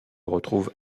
retrouve